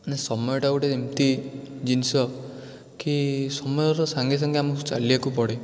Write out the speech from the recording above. ମାନେ ସମୟଟା ଗୋଟେ ଏମିତି ଜିନିଷ କି ସମୟର ସାଙ୍ଗେ ସାଙ୍ଗେ ଆମକୁ ଚାଲିବାକୁ ପଡ଼େ